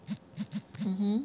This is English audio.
mmhmm